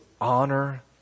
honor